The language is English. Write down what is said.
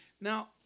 Now